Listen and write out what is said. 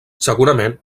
segurament